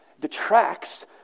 detracts